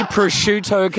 Prosciutto